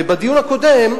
ובדיון הקודם,